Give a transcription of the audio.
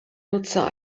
nutzer